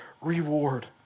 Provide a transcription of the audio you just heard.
reward